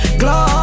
glow